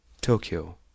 Tokyo